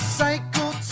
cycle